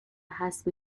حسب